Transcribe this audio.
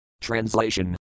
Translation